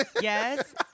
Yes